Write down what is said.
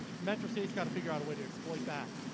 metro state's got to figure out a way to exploit that.